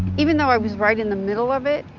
even though i was right in the middle of it,